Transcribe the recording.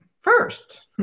first